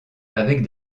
avec